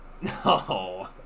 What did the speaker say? No